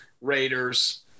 Raiders